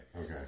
Okay